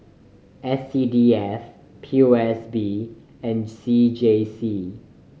S C D F P O S B and C J C